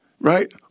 right